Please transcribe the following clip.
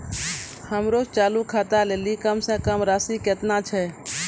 हमरो चालू खाता लेली कम से कम राशि केतना छै?